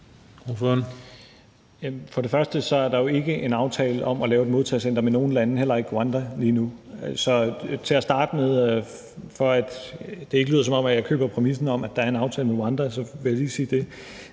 For det første er der jo ikke en aftale om at lave et modtagecenter med nogen lande lige nu, heller ikke Rwanda. Så til at starte med – for at det ikke lyder, som om jeg køber præmissen om, at der er en aftale med Rwanda – vil jeg lige sige det.